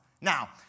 Now